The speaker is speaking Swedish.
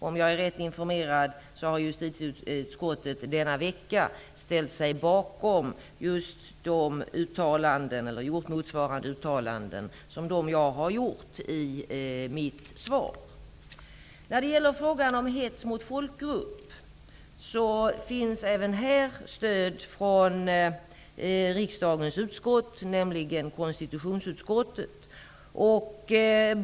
Om jag är rätt informerad har justitieutskottet denna vecka gjort uttalanden motsvarande dem som jag har gjort i mitt svar. När det gäller frågan om hets mot folkgrupp kan jag säga att det finns stöd även från konstitutionsutskottet.